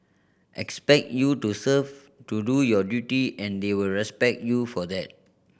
expect you to serve to do your duty and they will respect you for that